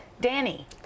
Danny